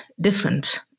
different